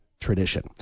tradition